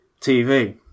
TV